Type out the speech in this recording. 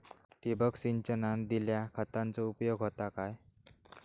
ठिबक सिंचनान दिल्या खतांचो उपयोग होता काय?